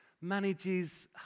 manages